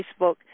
Facebook